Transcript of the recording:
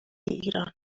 ایران